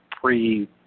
pre